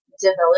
develop